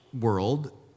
world